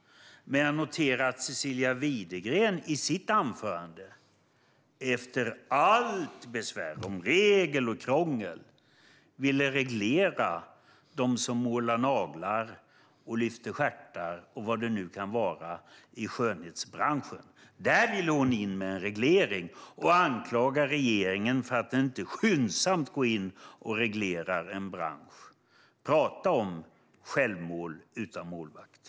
Jag noterar att Cecilia Widegren, efter allt tal i sitt anförande om besvär med regler och krångel, vill reglera dem som målar naglar och lyfter stjärtar och vad det nu kan vara i skönhetsbranschen. Där vill hon in med reglering, och hon anklagar regeringen för att den inte skyndsamt går in och reglerar en bransch. Prata om självmål utan målvakt!